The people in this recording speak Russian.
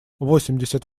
восемьдесят